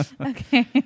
Okay